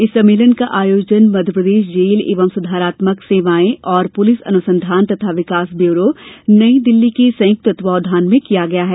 इस सम्मेलन का आयोजन मध्यप्रदेश जेल एवं सुधारात्मक सेवायें और पुलिस अनुसंधान तथा विकास ब्यूरो नई दिल्ली के संयुक्त तत्वावधान में किया गया है